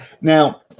now